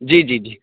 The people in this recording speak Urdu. جی جی جی